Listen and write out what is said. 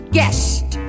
Guest